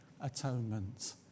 atonement